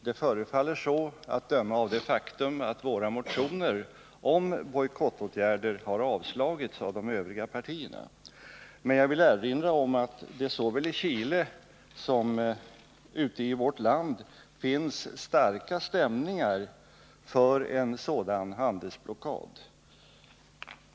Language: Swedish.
Det förefaller så, att döma av det faktum att våra motioner om bojkottåtgärder har avslagits av de övriga partierna. Men jag vill erinra om att det såväl i Chile som ute i vårt land finns starka stämningar för en sådan handelsblockad.